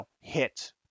hit